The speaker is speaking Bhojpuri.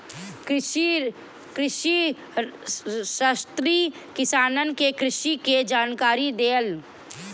कृषिशास्त्री किसानन के कृषि के जानकारी देलन